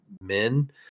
men